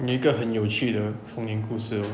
你一个很有趣的风影故事 hor